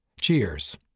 Cheers